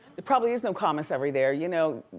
there probably is no commissary there. you know,